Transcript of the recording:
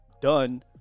done